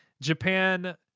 Japan